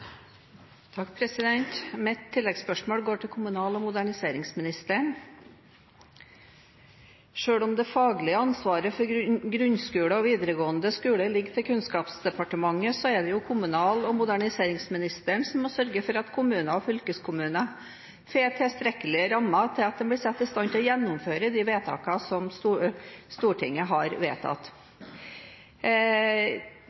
Mitt tilleggsspørsmål går til kommunal- og moderniseringsministeren. Selv om det faglige ansvaret for grunnskole og videregående skole ligger til Kunnskapsdepartementet, er det jo kommunal- og moderniseringsministeren som må sørge for at kommuner og fylkeskommuner får tilstrekkelige rammer til at de blir satt i stand til å gjennomføre de vedtakene som Stortinget har gjort. I fjor ble det ved behandling av Yrkesfagløftet vedtatt